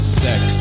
sex